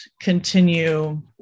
continue